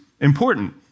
important